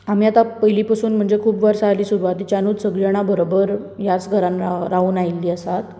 आमी आतां पयलीं पसून म्हणजे आतां खूब वर्सां जाली सुरवातिच्यानूच सगळी जाणां बरबर ह्या घरान राव रावून आयिल्लीं आसात